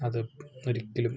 അത് ഒരിക്കലും